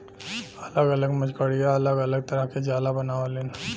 अलग अलग मकड़िया अलग अलग तरह के जाला बनावलीन